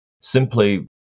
simply